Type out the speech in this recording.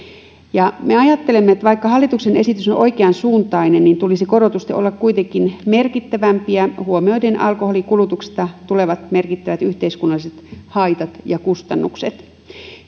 me ajattelemme että vaikka hallituksen esitys on oikeansuuntainen tulisi korotusten olla kuitenkin merkittävämpiä huomioiden alkoholin kulutuksesta tulevat merkittävät yhteiskunnalliset haitat ja kustannukset